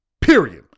period